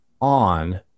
on